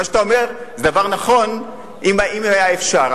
מה שאתה אומר זה דבר נכון, אם היה אפשר.